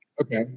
Okay